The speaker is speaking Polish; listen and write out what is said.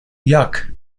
jak